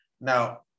Now